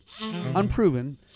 unproven